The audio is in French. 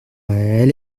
elle